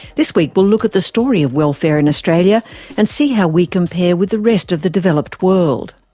this week we'll look at the story of welfare in australia and see how we compare with the rest of the developed world.